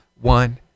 One